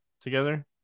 together